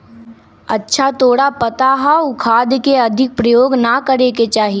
अच्छा तोरा पता हाउ खाद के अधिक प्रयोग ना करे के चाहि?